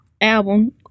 album